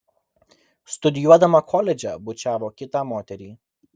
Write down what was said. studijuodama koledže bučiavo kitą moterį